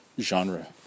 genre